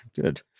Good